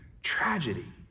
tragedy